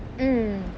mmhmm